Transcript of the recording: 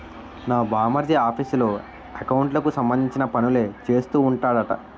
నా బావమరిది ఆఫీసులో ఎకౌంట్లకు సంబంధించిన పనులే చేస్తూ ఉంటాడట